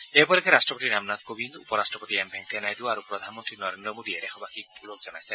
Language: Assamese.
এই উপলক্ষে ৰাষ্ট্ৰপতি ৰামনাথ কোৱিন্দ উপ ৰাষ্ট্ৰপতি এম ভেংকায়া নাইডু আৰু প্ৰধানমন্ত্ৰী নৰেন্দ্ৰ মোদীয়ে দেশবাসীক ওলগ জনাইছে